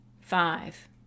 Five